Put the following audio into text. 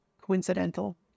coincidental